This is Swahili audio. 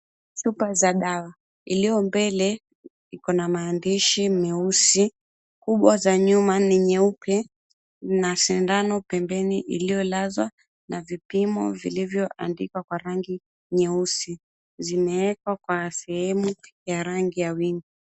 Chupa za dawa, iliyo mbele iko na maandishi meusi makubwa. Za nyuma ni nyeupe. Mna sindano pembeni, iliyolazwa, na vipimo vilivyoandikwa kwa rangi nyeusi, zimewekwa kwenye sehemu ya rangi ya wino.